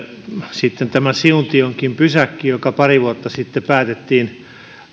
sitten kun tämä siuntionkin pysäkki pari vuotta sitten päätettiin